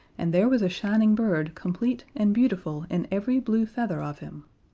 and there was a shining bird complete and beautiful in every blue feather of him.